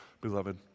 beloved